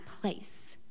place